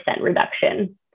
reduction